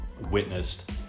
witnessed